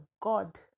God